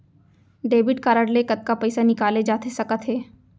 Debit card ले कतका पइसा निकाले जाथे सकत हे?